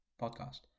podcast